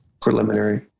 preliminary